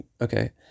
okay